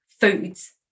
foods